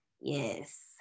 yes